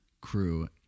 crew